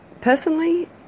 Personally